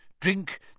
drink